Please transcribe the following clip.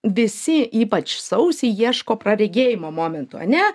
visi ypač sausį ieško praregėjimo momentų ane